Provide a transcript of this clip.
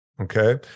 Okay